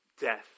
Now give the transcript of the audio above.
death